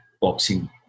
boxing